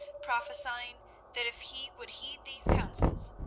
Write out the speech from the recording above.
prophesying that if he would heed these counsels,